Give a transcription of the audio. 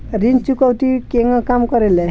ऋण चुकौती केगा काम करेले?